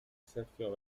sergio